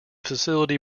facility